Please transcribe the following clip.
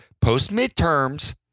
post-midterms